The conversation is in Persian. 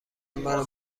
مرا